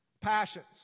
Passions